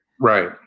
Right